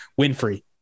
Winfrey